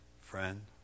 friend